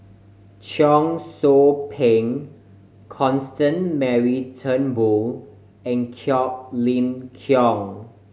Cheong Soo Pieng Constance Mary Turnbull and Quek Ling Kiong